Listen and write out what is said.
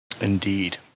Indeed